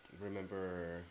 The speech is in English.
remember